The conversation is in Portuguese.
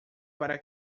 para